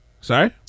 sorry